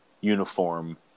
uniform